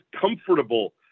comfortable